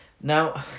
Now